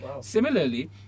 Similarly